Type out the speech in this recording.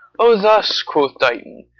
o, thus, quoth dighton,